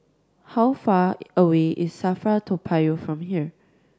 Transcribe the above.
how far away is SAFRA Toa Payoh from here